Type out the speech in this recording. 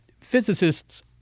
Physicists